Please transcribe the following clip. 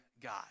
God